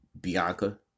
Bianca